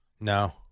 No